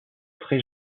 très